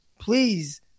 Please